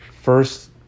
first